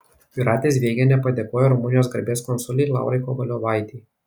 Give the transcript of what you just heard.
jūratė zvėgienė padėkojo rumunijos garbės konsulei laurai kovaliovaitei